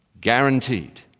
Guaranteed